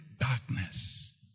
darkness